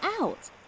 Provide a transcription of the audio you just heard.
out